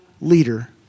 leader